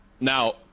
now